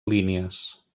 línies